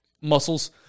muscles